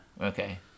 Okay